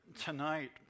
tonight